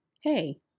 hey